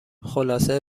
خلاصه